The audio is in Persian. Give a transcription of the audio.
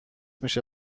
میشه